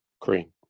cream